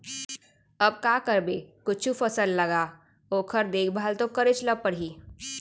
अब का करबे कुछु फसल लगा ओकर देखभाल तो करेच ल परही